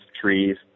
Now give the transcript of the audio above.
trees